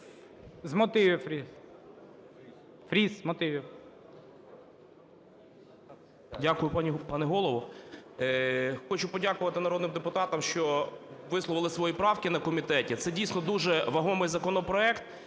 з мотивів. 13:44:02 ФРІС І.П. Дякую пане Голово. Хочу подякувати народним депутатам, що висловили свої правки на комітеті. Це, дійсно, дуже вагомий законопроект,